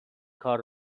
کار